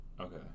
Okay